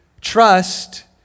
trust